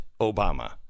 Obama